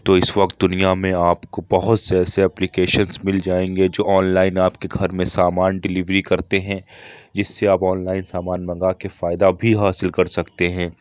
تو اس وقت دنیا میں آپ کو بہت سے ایسے اپلیکیشنس مل جائیں گے جو آن لائن آپ کے گھر میں سامان ڈیلیوری کرتے ہیں جس سے آپ آن لائن سامان منگا کے فائدہ بھی حاصل کر سکتے ہیں